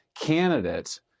candidate